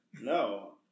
No